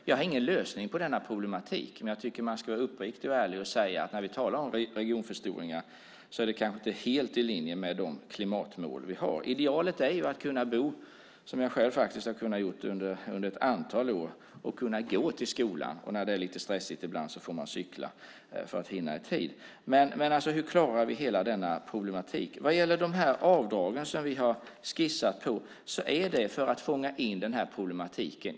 Jag har ingen lösning på denna problematik, men jag tycker att man ska vara uppriktig och ärlig och säga att det när vi talar om regionförstoringar kanske inte är helt i linje med de klimatmål vi har. Idealet är att kunna bo, som jag själv faktiskt har kunnat göra under ett antal år, så att man kan gå till skola och att man, när det är lite stressigt, ibland får cykla för att hinna i tid. Men frågan är alltså: Hur klarar vi hela denna problematik? Vi har skissat på de här avdragen för att fånga in den här problematiken.